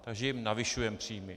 Takže jim navyšujeme příjmy.